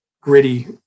gritty